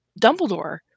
Dumbledore